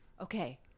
okay